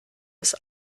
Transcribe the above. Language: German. ist